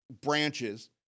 branches